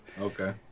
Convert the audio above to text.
okay